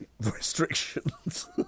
restrictions